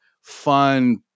fun –